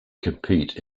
compete